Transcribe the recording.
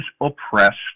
oppressed